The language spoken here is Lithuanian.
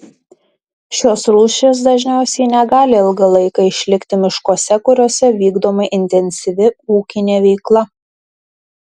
šios rūšys dažniausiai negali ilgą laiką išlikti miškuose kuriuose vykdoma intensyvi ūkinė veikla